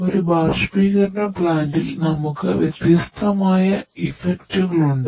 ഒരു ബാഷ്പീകരണ പ്ലാന്റിൽ നമുക്ക് വ്യത്യസ്തമായ ഇഫക്റ്റുകൾ ഉണ്ട്